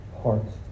hearts